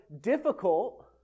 difficult